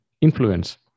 influence